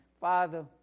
Father